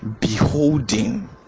beholding